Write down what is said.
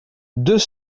deux